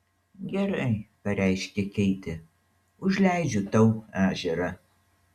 gerai pareiškė keitė užleidžiu tau ežerą